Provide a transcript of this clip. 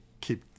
keep